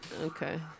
Okay